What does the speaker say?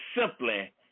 simply